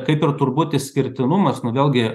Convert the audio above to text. kaip ir turbūt išskirtinumas nu vėlgi